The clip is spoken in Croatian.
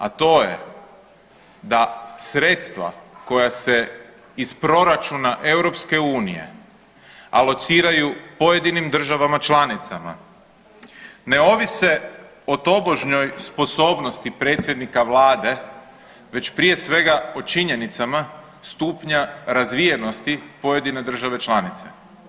A to je da sredstva koja se iz proračuna EU alociraju pojedinim državama članicama ne ovise o tobožnjoj sposobnosti predsjednika vlade već prije svega o činjenicama stupnja razvijenosti pojedine države članice.